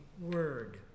Word